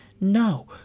No